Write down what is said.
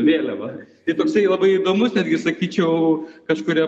vėliavą tai toksai labai įdomus netgi sakyčiau kažkuria